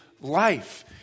life